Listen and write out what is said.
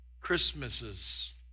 Christmases